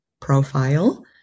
profile